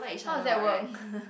how does that work